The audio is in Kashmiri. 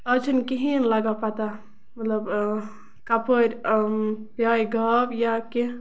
آز چھنہٕ کِہیٖنۍ لَگان پَتہ مطلب کَپٲرۍ پِیایہِ گاو یا کیٚنہہ